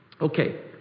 Okay